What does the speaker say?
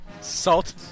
Salt